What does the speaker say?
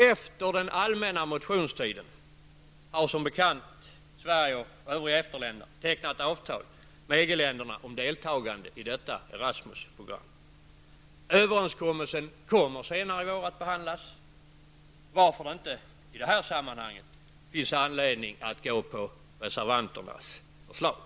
Efter den allmänna motionstiden har som bekant Sverige och övriga EFTA-länder tecknat avtal med EG-länderna om deltagande i Erasmusprogrammet. Överenskommelsen kommer senare i år att behandlas här i riksdagen, varför det inte i detta sammanhang finns anledning att ta ställning till reservanternas förslag.